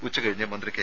ഉച്ച കഴിഞ്ഞ് മന്ത്രി കെ